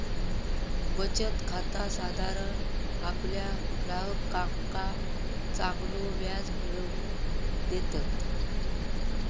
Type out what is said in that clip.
बचत खाता साधारण आपल्या ग्राहकांका चांगलो व्याज मिळवून देतत